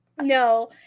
No